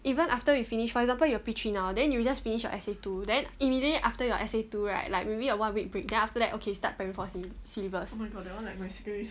even after you finish for example you are P three now then you just finish your S_A two then immediately after your S_A two right like maybe a one week break then after that okay start primary four syllabus